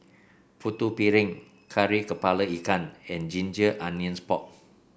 Putu Piring Kari kepala Ikan and Ginger Onions Pork